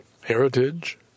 heritage